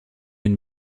une